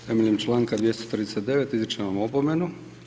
Temeljem Članka 239. izričem vam opomenu.